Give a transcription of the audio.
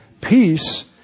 Peace